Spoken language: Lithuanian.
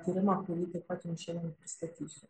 tyrimą kurį taip pat jums šiandien pristatysiu